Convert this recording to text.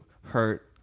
hurt